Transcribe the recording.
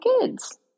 kids